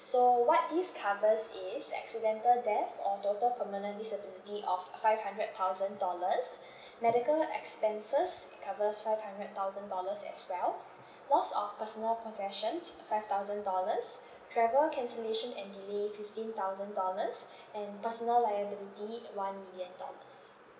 so what this covers is accidental death or total permanent disability of five hundred thousand dollars medical expenses it covers five hundred thousand dollars as well loss of personal possessions five thousand dollars travel cancellation and delay fifteen thousand dollars and personal liability one million dollars